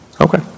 Okay